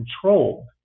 controlled